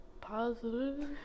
positive